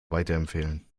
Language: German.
weiterempfehlen